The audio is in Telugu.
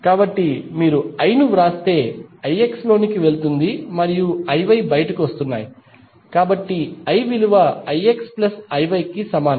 కాబట్టి మీరు I ను వ్రాస్తే IX లోనికి వెళ్తుంది మరియు IY బయటకు వస్తున్నాయి కాబట్టి I విలువ IXIY కి సమానం